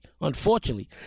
Unfortunately